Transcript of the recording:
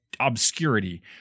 Obscurity